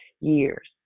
years